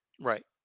Right